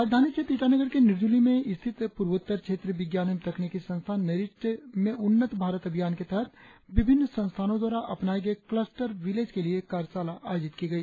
राजधानी क्षेत्र ईटानगर के निरजूलि में स्थित पूर्वोत्तर क्षेत्रीय विज्ञान एवं तकनीकि संस्थान नेरिस्ट में उन्नत भारत अभियान के तहत विभिन्न संस्थानों द्वारा अपनाये गए क्लस्टर विलेज के लिए एक कार्यशाला आयोजित की गई